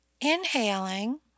inhaling